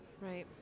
Right